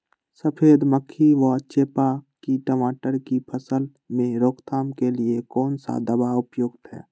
सफेद मक्खी व चेपा की टमाटर की फसल में रोकथाम के लिए कौन सा दवा उपयुक्त है?